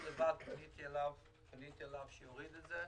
פניתי אליו שיוריד את זה.